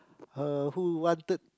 her who wanted